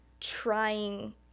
trying